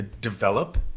develop